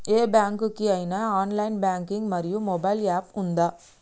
ఏ bank కి ఐనా online banking మరియు మొబైల్ యాప్ ఉందా?